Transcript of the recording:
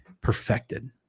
perfected